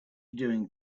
doing